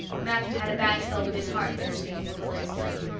matthew had a bad spell with his heart thursday, marilla explained,